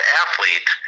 athlete